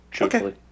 Okay